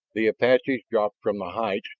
the apaches dropped from the heights,